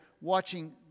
watching